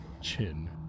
chin